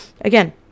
again